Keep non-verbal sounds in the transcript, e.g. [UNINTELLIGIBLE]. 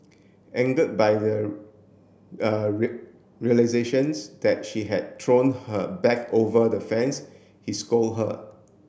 angered by the [HESITATION] [UNINTELLIGIBLE] realizations that she had thrown her bag over the fence he scold her